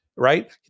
right